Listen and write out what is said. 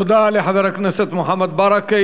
תודה לחבר הכנסת מוחמד ברכה.